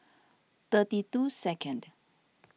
thirty two second